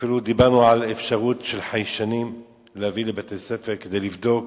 אפילו דיברנו על אפשרות להביא לבתי-ספר חיישנים כדי לבדוק